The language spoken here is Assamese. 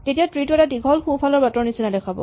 তেতিয়া ট্ৰী টো এটা দীঘল সোঁফালৰ বাট নিচিনা দেখাব